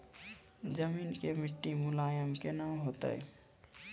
जमीन के मिट्टी मुलायम केना होतै?